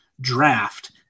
draft